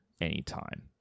anytime